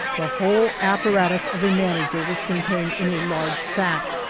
the whole apparatus of a manager was contained in a large sack,